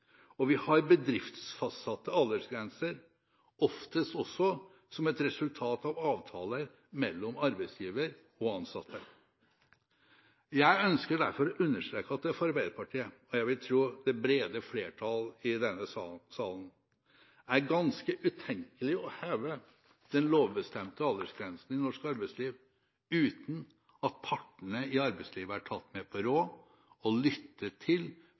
og vi har bedriftsfastsatte aldersgrenser – oftest også som et resultat av avtaler mellom arbeidsgiver og ansatte. Jeg ønsker derfor å understreke at det for Arbeiderpartiet og – vil jeg tro – det brede flertall i denne salen, er ganske utenkelig å heve den lovbestemte aldersgrensen i norsk arbeidsliv uten at partene i arbeidslivet er tatt med på råd og lyttet til,